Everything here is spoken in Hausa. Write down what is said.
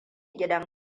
gidan